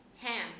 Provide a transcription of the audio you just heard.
ham